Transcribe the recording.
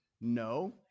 No